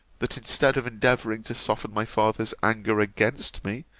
that instead of endeavouring to soften my father's anger against me,